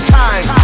time